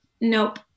nope